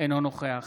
אינו נוכח